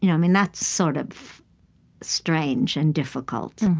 you know mean, that's sort of strange and difficult